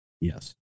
yes